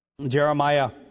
Jeremiah